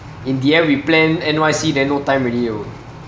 in the end we plan N_Y_C then no time already oh